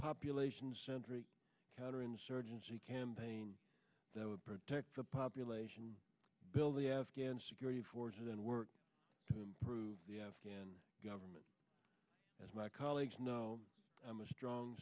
population centric counterinsurgency campaign that would protect the population build the afghan security force and work to improve the afghan government as my colleagues know i'm a strong